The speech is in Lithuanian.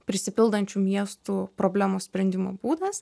prisipildančių miestų problemos sprendimo būdas